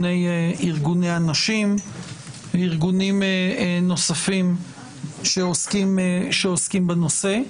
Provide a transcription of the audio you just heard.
ארגוני הנשים וארגונים נוספים שעוסקים בנושא.